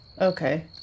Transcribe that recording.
Okay